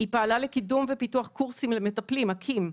היא פעלה לקידום ופיתוח קורסים למטפלים, אקי"ם,